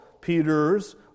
Peter's